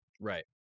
Right